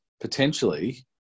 potentially